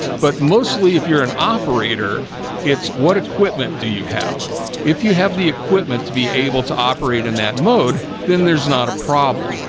but mostly if you're an operator it's what equipment do you have if you have the equipment to be able to operate in that mode then there's not a problem?